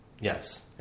Yes